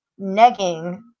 negging